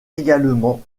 également